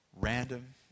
random